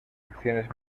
acciones